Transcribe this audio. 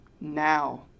Now